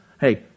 hey